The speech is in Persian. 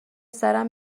سرم